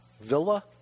Villa